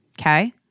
okay